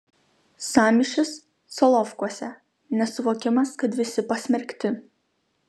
sąmyšis solovkuose nesuvokimas kad visi pasmerkti